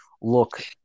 look